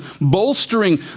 bolstering